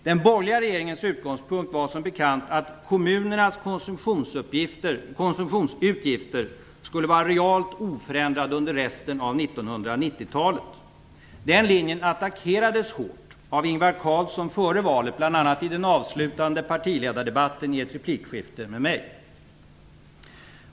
Den borgerliga regeringens utgångspunkt var som bekant att kommunernas konsumtionsutgifter skulle vara realt oförändrade under resten av 1990-talet. Den linjen attackerades hårt av Ingvar Carlsson före valet, bl.a. i den avslutande partiledardebatten i ett replikskifte med mig.